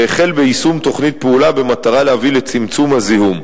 והחל ביישום תוכנית פעולה במטרה להביא לצמצום הזיהום.